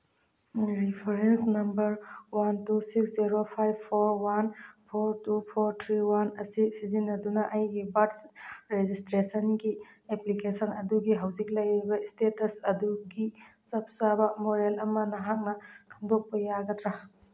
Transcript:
reference number one two six zero five four one four two four three one ꯑꯁꯤ ꯁꯤꯖꯤꯟꯅꯗꯨꯅ ꯑꯩꯒꯤ ꯕꯥꯔꯠ ꯔꯦꯖꯤꯁꯇ꯭ꯔꯦꯁꯟꯒꯤ application ꯑꯗꯨꯒꯤ ꯍꯧꯖꯤꯛ ꯂꯩꯔꯤꯕ ꯏꯁꯇꯦꯇꯁ ꯑꯗꯨꯒꯤ ꯆꯞ ꯆꯥꯕ ꯃꯔꯣꯜ ꯑꯃ ꯅꯍꯥꯛꯅ ꯈꯪꯗꯣꯛꯄ ꯌꯥꯒꯗ꯭ꯔꯥ